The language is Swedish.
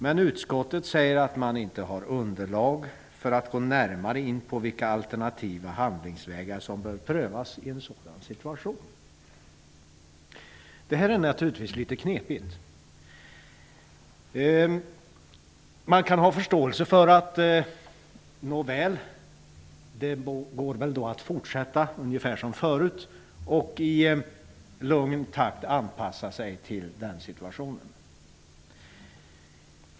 Men utskottet säger att man inte har underlag för att gå närmare in på vilka alternativa handlingsvägar som bör prövas i en sådan situation. Det här är naturligtvis litet knepigt. Man kan ha förståelse och tycka att det går att fortsätta ungefär som förut och i lugn takt anpassa sig till den situationen.